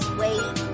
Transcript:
wait